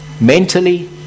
mentally